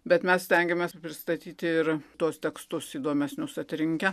bet mes stengiamės pristatyti ir tuos tekstus įdomesnius atrinkę